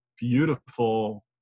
beautiful